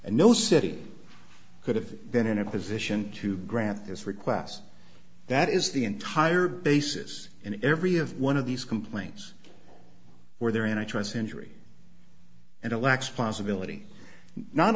and no city could have been in a position to grant this request that is the entire basis in every of one of these complaints were there in a trance injury and a lax possibility not